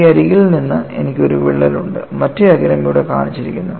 ഈ അരികിൽ നിന്ന് എനിക്ക് ഒരു വിള്ളൽ ഉണ്ട് മറ്റേ അഗ്രം ഇവിടെ കാണിച്ചിരിക്കുന്നു